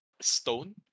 stone